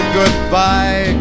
goodbye